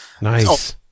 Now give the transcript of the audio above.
Nice